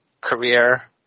career